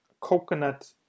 coconut